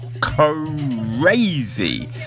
crazy